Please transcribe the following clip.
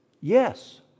Yes